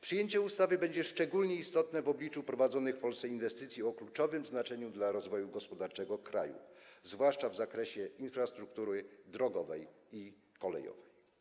Przyjęcie ustawy będzie szczególnie istotne w obliczu prowadzonych w Polsce inwestycji o kluczowym znaczeniu dla rozwoju gospodarczego kraju, zwłaszcza w zakresie infrastruktury drogowej i kolejowej.